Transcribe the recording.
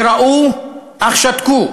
שראו אך שתקו,